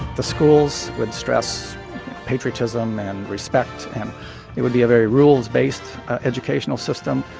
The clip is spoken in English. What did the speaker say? the schools would stress patriotism and respect, and it would be a very rules-based educational system.